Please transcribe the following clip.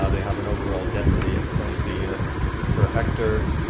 ah they have an overall density of twenty two units per hectare.